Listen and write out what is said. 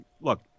look